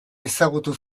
ezagutu